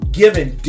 giving